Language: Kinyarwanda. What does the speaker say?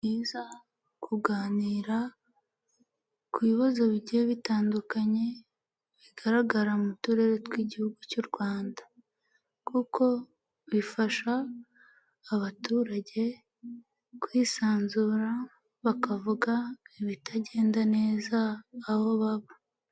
Nibyiza kuganira ku bibazo bigiye bitandukanye bigaragara mu turere tw'igihugu cy'u rwanda kuko bifasha abaturage kwisanzura bakavuga ibitagenda neza aho baba.